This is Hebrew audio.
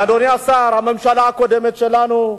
ואדוני השר, הממשלה הקודמת שלנו,